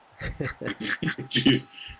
Jeez